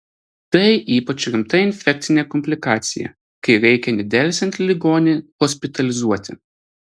tai ypač rimta infekcinė komplikacija kai reikia nedelsiant ligonį hospitalizuoti